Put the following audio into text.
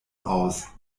aus